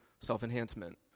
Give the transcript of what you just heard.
self-enhancement